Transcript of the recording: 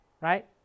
right